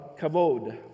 kavod